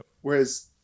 Whereas